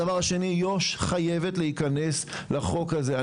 דבר השני, יו"ש חייבת להיכנס לחוק הזה.